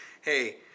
Hey